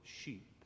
sheep